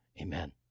Amen